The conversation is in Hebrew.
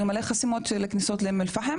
והיו מלא חסימות בכניסות לאום אל פחם.